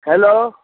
hello